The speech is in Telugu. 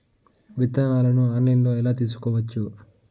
విత్తనాలను ఆన్లైన్లో ఎలా తీసుకోవచ్చు